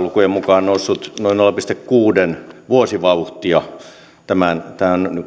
lukujen mukaan noussut noin nolla pilkku kuuden vuosivauhtia tämän